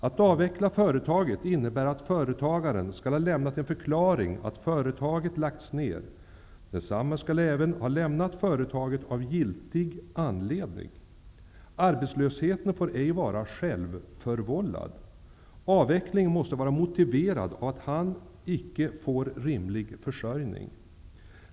Att avveckla företaget innebär att företagaren skall ha lämnat en förklaring att företaget lagts ner. Han skall även ha lämnat företaget av giltig anledning. Arbetslösheten får ej vara självförvållad. Avvecklingen måste vara motiverad. Företagaren måste styrka att han inte får rimlig försörjning.